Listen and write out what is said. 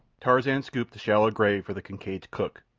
tarzan scooped a shallow grave for the kincaid's cook,